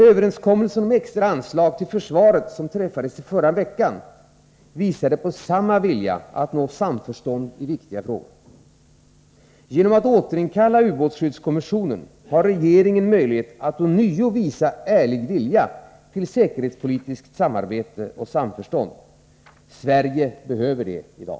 Överenskommelsen om extra anslag till försvaret som träffades i förra veckan visade på samma vilja att nå samförstånd i viktiga frågor. Genom att återinkalla ubåtsskyddskommissionen har regeringen möjlighet att ånyo visa ärlig vilja till säkerhetspolitiskt samarbete och samförstånd. Sverige behöver det i dag.